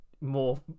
more